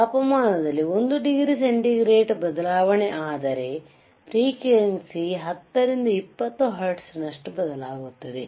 ತಾಪಮಾನದಲ್ಲಿ 1 degree centigrade ಬದಲಾವಣೆ ಆದರೆ ಫ್ರೀಕ್ವೆಂಸಿ10 ರಿಂದ 12 ಹರ್ಟ್ಜ್ ನಷ್ಟು ಬದಲಾಗುತ್ತದೆ